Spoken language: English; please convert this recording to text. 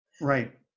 Right